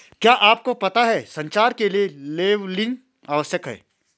क्या आपको पता है संचार के लिए लेबलिंग आवश्यक है?